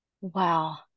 Wow